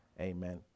Amen